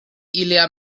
ilia